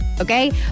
Okay